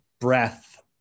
breath